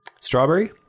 strawberry